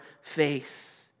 face